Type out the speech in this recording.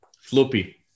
Floppy